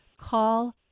call